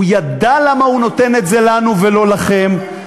הוא ידע למה הוא נותן את זה לנו ולא לכם.